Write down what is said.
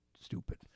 Stupid